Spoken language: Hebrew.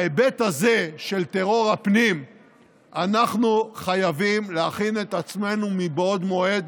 בהיבט הזה של טרור הפנים אנחנו חייבים להכין את עצמנו מבעוד מועד